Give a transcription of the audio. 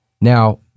Now